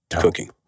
cooking